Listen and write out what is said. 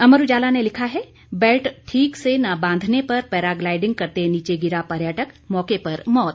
अमर उजाला ने लिखा है बेल्ट ठीक से न बांधने पर पैराग्लाइडिंग करते नीचे गिरा पर्यटक मौके पर मौत